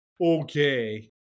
Okay